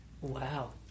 Wow